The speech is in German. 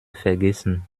vergessen